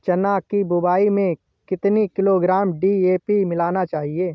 चना की बुवाई में कितनी किलोग्राम डी.ए.पी मिलाना चाहिए?